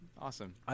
awesome